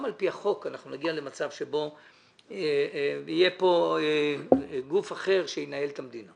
גם על פי החוק אנחנו נגיע למצב שבו יהיה כאן גוף אחר שינהל את המדינה,